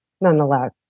nonetheless